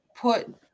put